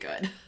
good